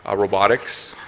ah robotics,